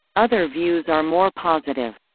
other views are more positive.